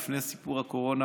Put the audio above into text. לפני סיפור הקורונה,